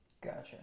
gotcha